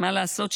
מה לעשות,